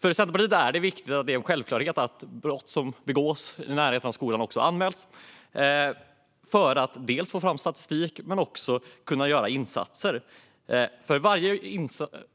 För Centerpartiet är det viktigt att det blir en självklarhet att brott som begås i närheten av skolan också anmäls - dels för att få fram statistik, dels för att kunna göra insatser.